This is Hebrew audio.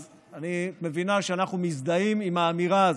אז אני מבין שאנחנו מזדהים עם האמירה הזאת,